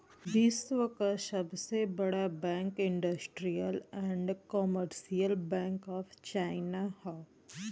विश्व क सबसे बड़ा bank industrial and commercial bank of China हौ